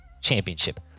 championship